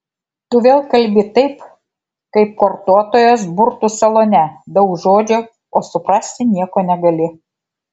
tu vėl kalbi taip kaip kortuotojos burtų salone daug žodžių o suprasti negali nieko